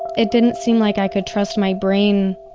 it didn't seem like i could trust my brain.